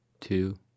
two